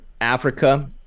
africa